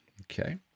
okay